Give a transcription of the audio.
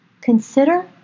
consider